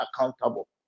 accountable